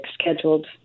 scheduled